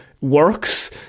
works